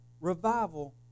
revival